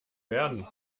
werden